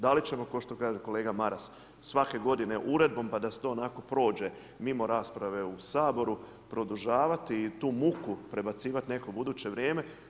Da li ćemo, kao što kaže kolega Maras, svake godine uredbom pa da se to onako prođe mimo rasprave u Saboru produžavati i tu muku prebacivati u neko buduće vrijeme.